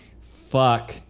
Fuck